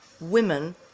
women